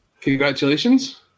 Congratulations